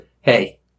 Hey